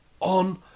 on